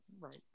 right